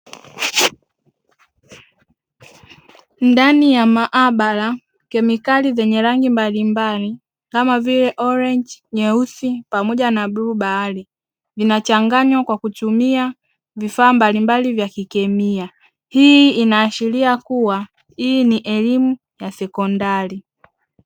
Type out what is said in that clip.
Ndani ya maabara kemikali zenye rangi mbalimbali kama vile orenji, nyeusi pamoja na bluu bahari vimechanganywa kwa kutumia vifaa mbalimbali vya kikemia, hii inaashiria kuwa hii ni elimu ya sekondari.